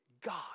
God